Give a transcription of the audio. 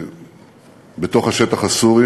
בתוך השטח הסורי